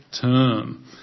term